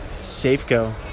Safeco